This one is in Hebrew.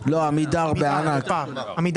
ואנחנו מפנים אותו ישירות